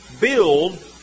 build